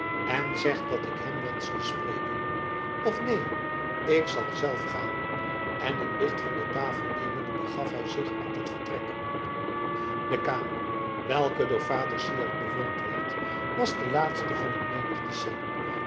en zeg dat ik hem wensch te spreken of neen ik zal zelf gaan en een licht van de tafel nemende begaf hij zich uit het vertrek de kamer welke door vader syard bewoond werd was de laatste van een menigte cellen